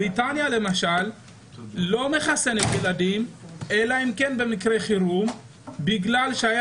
בריטניה למשל לא מחסנת ילדים אלא אם כן במקרי חירום בגלל שככל